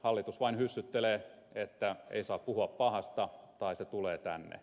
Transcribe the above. hallitus vain hyssyttelee että ei saa puhua pahasta tai se tulee tänne